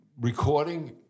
recording